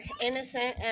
innocent